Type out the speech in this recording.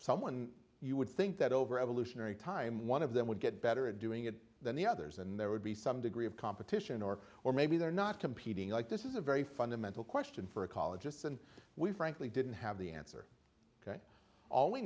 someone you would think that over evolutionary time one of them would get better at doing it than the others and there would be some degree of competition or or maybe they're not competing like this is a very fundamental question for ecologists and we frankly didn't have the answer ok all we